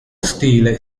stile